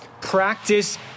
Practice